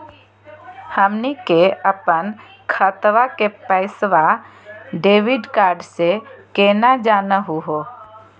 हमनी के अपन खतवा के पैसवा डेबिट कार्ड से केना जानहु हो?